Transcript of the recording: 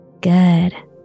Good